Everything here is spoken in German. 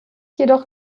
jedoch